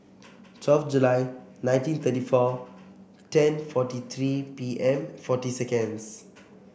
twelve July nineteen thirty four ten forty three P M forty seconds